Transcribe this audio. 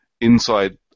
inside